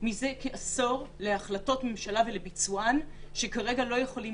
שממתינים מזה כעשור להחלטות הממשלה שכרגע לא יכולים